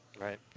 Right